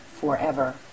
forever